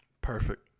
Perfect